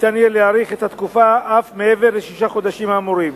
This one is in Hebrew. ניתן יהיה להאריך את התקופה אף מעבר לשישה חודשים האמורים.